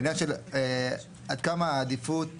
העניין של עד כמה עדיפות